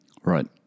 Right